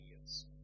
years